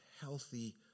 healthy